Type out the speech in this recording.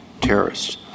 terrorists